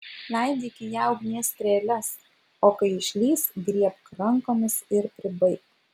laidyk į ją ugnies strėles o kai išlįs griebk rankomis ir pribaik